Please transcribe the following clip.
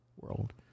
world